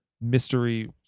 mystery